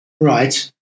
Right